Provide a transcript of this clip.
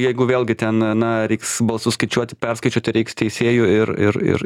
jeigu vėlgi ten na reiks balsus skaičiuoti perskaičiuoti reiks teisėjų ir ir ir